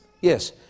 Yes